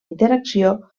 interacció